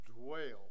dwell